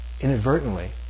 inadvertently